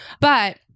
But-